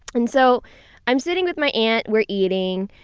and so i'm sitting with my aunt, we're eating.